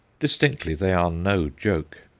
distinctly they are no joke.